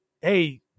hey